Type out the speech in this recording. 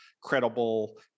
credible